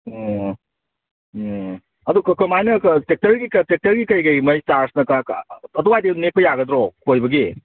ꯑꯣ ꯎꯝ ꯑꯗꯨ ꯀꯃꯥꯏꯅ ꯇ꯭ꯔꯦꯛꯇꯔꯒꯤ ꯇ꯭ꯔꯦꯛꯇꯔꯒꯤ ꯀꯔꯤ ꯀꯔꯤ ꯃꯥꯏ ꯆꯥꯔꯖꯅ ꯑꯗꯨꯋꯥꯏꯗꯩ ꯑꯗꯨꯝ ꯅꯦꯛꯄ ꯌꯥꯒꯗ꯭ꯔꯣ ꯈꯣꯏꯕꯒꯤ